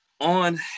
on